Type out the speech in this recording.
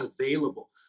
available